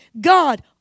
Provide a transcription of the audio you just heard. God